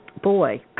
boy